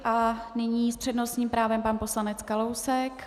A nyní s přednostním právem pan poslanec Kalousek...